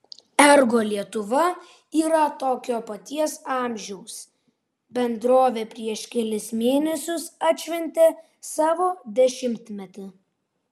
ergo lietuva yra tokio paties amžiaus bendrovė prieš kelis mėnesius atšventė savo dešimtmetį